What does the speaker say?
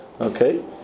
Okay